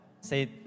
Say